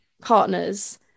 partners